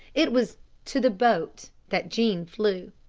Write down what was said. it was to the boat that jean flew.